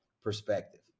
perspective